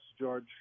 George